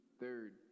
third